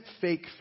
fake